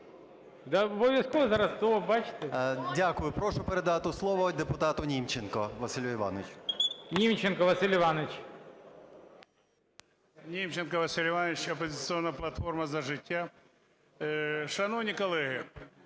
Дякую. Прошу передати слово депутату Німченку Василю Івановичу.